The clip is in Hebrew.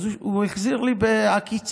אז הוא החזיר לי בעקיצה,